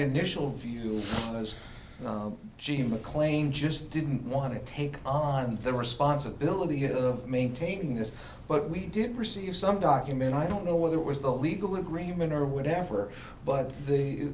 initial view was jima claim just didn't want to take on the responsibility of maintaining this but we did receive some document i don't know whether it was the legal agreement or whatever but whe